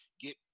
get